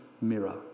mirror